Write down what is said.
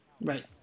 Right